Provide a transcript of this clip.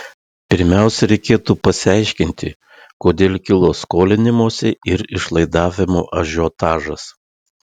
pirmiausia reikėtų pasiaiškinti kodėl kilo skolinimosi ir išlaidavimo ažiotažas